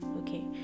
okay